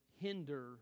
hinder